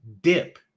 dip